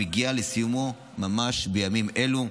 והוא מגיע לסיומו ממש בימים אלה.